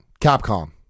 Capcom